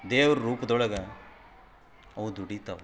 ದೇವ್ರ ರೂಪ್ದೊಳಗೆ ಅವು ದುಡಿತವೆ